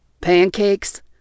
Pancakes